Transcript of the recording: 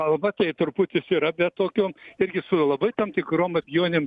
kalba tai truputis yra bet tokio irgi su labai tam tikrom abejonėm